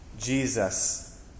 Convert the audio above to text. Jesus